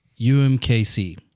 UMKC